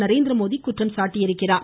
நரேந்திரமோடி குற்றம் சாட்டியுள்ளார்